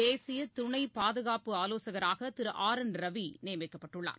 தேசியதுணைபாதுகாப்பு ஆலோசகராகதிரு R N ரவிநியமிக்கப்பட்டுள்ளார்